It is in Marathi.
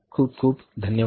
खूप खूप धन्यवाद